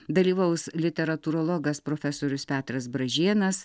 dalyvaus literatūrologas profesorius petras bražėnas